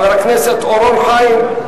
חבר הכנסת אורון חיים,